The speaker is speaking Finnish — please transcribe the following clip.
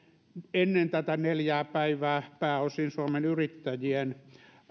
ennen näitä neljää päivää pääosin suomen yrittäjien